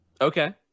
Okay